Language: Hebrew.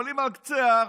עולים על קצה ההר,